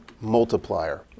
multiplier